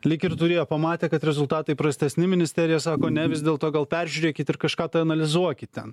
lyg ir turėjo pamatė kad rezultatai prastesni ministerija sako ne vis dėlto gal peržiūrėkit ir kažką tai analizuokit ten